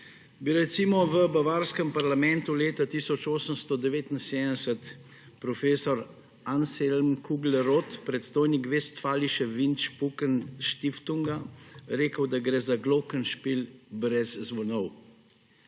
bi recimo v bavarskem parlamentu leta 1879 profesor Anselm Kugle Roth, predstojnik Westfalischewindspuckenstiefunga rekel, da gre za Glockenspiel brez zvonov.